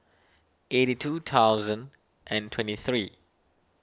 eighty two thousand and twenty three